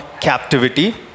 captivity